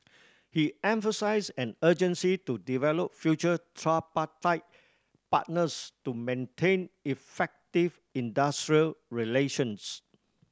he emphasised an urgency to develop future tripartite partners to maintain effective industrial relations